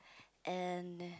and